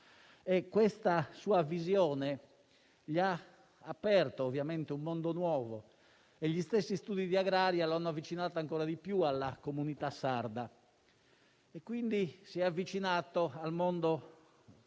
Questa sua visione gli ha aperto, ovviamente, un mondo nuovo e gli stessi studi di agraria lo hanno avvicinato ancora di più alla comunità sarda. Si è avvicinato al mondo della